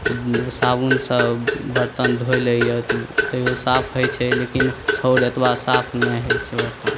साबुनसब बरतन धोइलैये तऽ तैयो साफ होइछै लेकिन छाउर एतबा साफ नइ होइछै बरतन